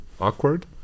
awkward